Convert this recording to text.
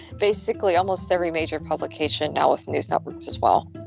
basically, almost every major publication now with new subjects as well